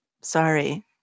sorry